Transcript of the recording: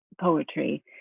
poetry